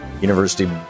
University